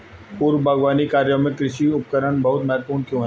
पूर्व बागवानी कार्यों में कृषि उपकरण बहुत महत्वपूर्ण क्यों है?